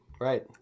right